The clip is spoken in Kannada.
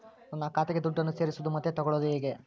ನನ್ನ ಖಾತೆಗೆ ದುಡ್ಡನ್ನು ಸೇರಿಸೋದು ಮತ್ತೆ ತಗೊಳ್ಳೋದು ಹೇಗೆ?